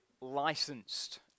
licensed